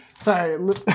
Sorry